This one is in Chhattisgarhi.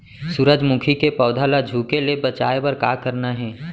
सूरजमुखी के पौधा ला झुके ले बचाए बर का करना हे?